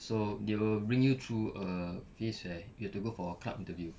so they will bring you through a phase where you have to go for a club interview